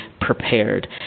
prepared